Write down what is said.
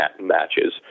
matches